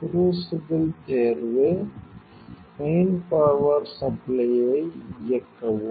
crucible தேர்வு main power சப்ளையை இயக்கவும்